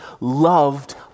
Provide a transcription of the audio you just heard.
loved